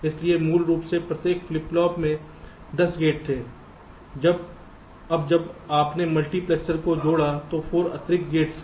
इसलिए मूल रूप से प्रत्येक फ्लिप फ्लॉप में दस गेट थे अब जब आपने मल्टीप्लेक्सर को जोड़ा तो 4 अतिरिक्त गेट थे